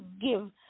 give